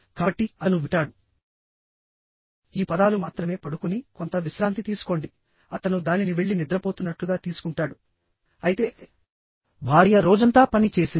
కాబట్టి అతను వింటాడు ఈ పదాలు మాత్రమే పడుకుని కొంత విశ్రాంతి తీసుకోండి అతను దానిని వెళ్లి నిద్రపోతున్నట్లుగా తీసుకుంటాడు అయితే భార్య రోజంతా పని చేసింది